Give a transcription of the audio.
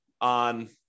on